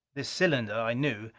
this cylinder, i knew,